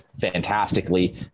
fantastically